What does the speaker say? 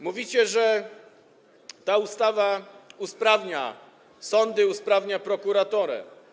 Mówicie, że ta ustawa usprawnia sądy, usprawnia prokuraturę.